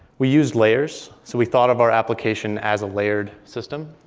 we used layers. so we thought of our application as a layered system.